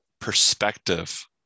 perspective